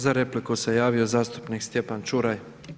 Za repliku se javio zastupnik Stjepan Čuraj.